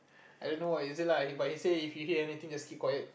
I don't know what is it lah but he say if you hear anything just keep quiet